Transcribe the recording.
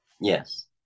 yes